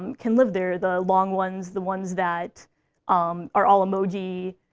can live there. the long ones, the ones that um are all emoji,